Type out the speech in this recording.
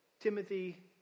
Timothy